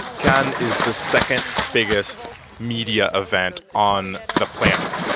cannes is the second biggest media event on the planet.